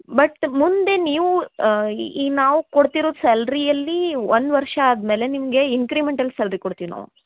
but ಮುಂದೆ ನೀವು ಈ ಈ ನಾವು ಕೊಡ್ತಿರೊ ಸ್ಯಾಲ್ರಿಯಲ್ಲೀ ಒಂದು ವರ್ಷ ಆದ್ಮೇಲೆ ನಿಮಗೆ ಇನ್ಕ್ರಿಮೆಂಟಲ್ ಸ್ಯಾಲ್ರಿ ಕೊಡ್ತೀವಿ ನಾವು